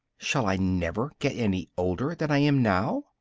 shall i never get any older than i am now?